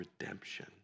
redemption